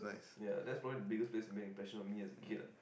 ya that's probably the biggest place that made an impression on me as a kid ah